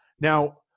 Now